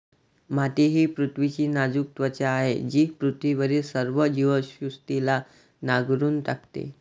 माती ही पृथ्वीची नाजूक त्वचा आहे जी पृथ्वीवरील सर्व जीवसृष्टीला नांगरून टाकते